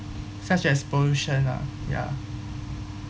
such as pollution lah ya